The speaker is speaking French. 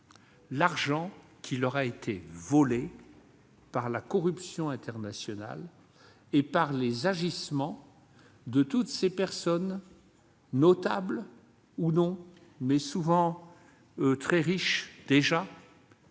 l'argent qui leur a été volé par la corruption internationale et par les agissements de toutes ces personnes, notables ou non, mais souvent déjà très riches,